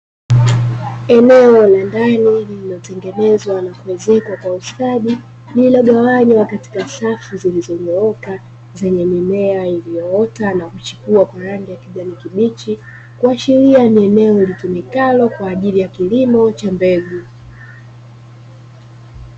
Eneo la ndani lililotengenezwa na kuezekwa kwa ustadi lililogawanywa katika safu zilizonyooka zenye mimea iliyoota na kuchipua kwa rangi ya kijani kibichi kuashiria ni eneo litumikalo kwa ajili ya kilimo cha mbegu.